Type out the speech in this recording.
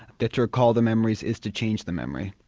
that to recall the memories is to change the memory.